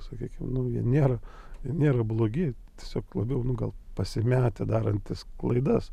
sakykim nu jie nėra jie nėra blogi tiesiog labiau nu gal pasimetę darantys klaidas